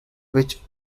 which